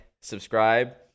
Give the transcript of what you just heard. subscribe